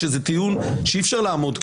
שזה טיעון שאי-אפשר לעמוד מולו: